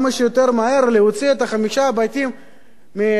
להוציא את חמשת הבתים של גבעת-האולפנה,